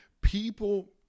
people